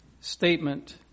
statement